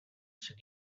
said